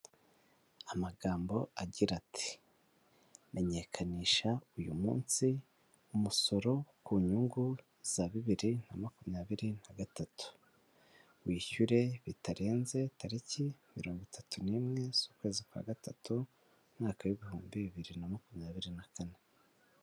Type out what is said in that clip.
Amagambo agira ati'' menyekanisha uyu munsi, umusoro ku nyungu za bibiri na makumyabiri nagatatu'' wishyure bitarenze tariki mirongo itatu n'imwe z'ukwezi kwa gatatu, umwaka w'ibihumbi bibiri na makumyabiri na kane.